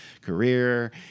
career